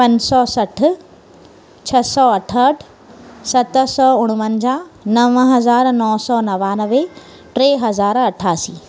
पंज सौ सठि छह सौ अठहठि सत सौ उणवंजाह नव हज़ार नव सौ नवानवे टे हज़ार अठासी